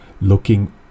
looking